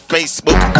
Facebook